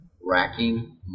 racking